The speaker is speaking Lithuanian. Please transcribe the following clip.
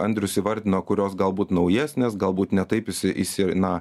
andrius įvardino kurios galbūt naujesnės galbūt ne taip įsi įsi na